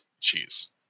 cheese